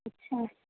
اچھا